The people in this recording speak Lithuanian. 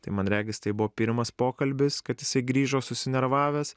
tai man regis tai buvo pirmas pokalbis kad jisai grįžo susinervavęs